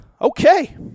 Okay